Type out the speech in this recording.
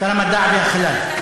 שר המדע והחלל.